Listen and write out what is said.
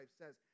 says